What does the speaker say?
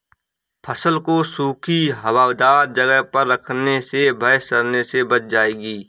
फसल को सूखी, हवादार जगह पर रखने से वह सड़ने से बच जाएगी